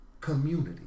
community